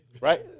Right